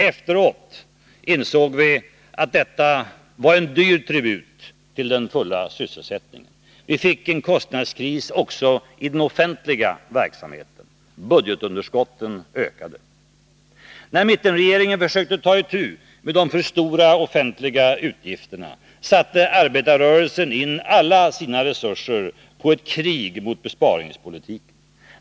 Efteråt insåg vi att detta var en dyr tribut till den fulla sysselsättningen. Vi fick en kostnadskris också i den offentliga verksamheten. Budgetunderskotten ökade. När mittenregeringen försökte ta itu med de för stora offentliga utgifterna satte arbetarrörelsen in alla sina resurser på ett krig mot besparingspolitiken.